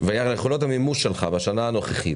ויכולות המימוש שלך בשנה הנוכחית.